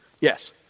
yes